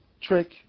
trick